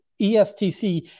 ESTC